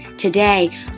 Today